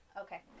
okay